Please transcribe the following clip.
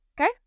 Okay